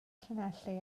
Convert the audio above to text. llanelli